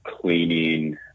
cleaning